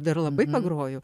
dar labai pagroju